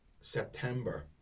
September